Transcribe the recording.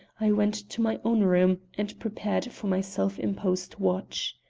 i went to my own room and prepared for my self-imposed watch.